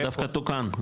זה דווקא תוקן,